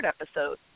episode